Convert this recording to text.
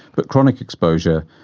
but chronic exposure,